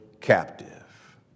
captive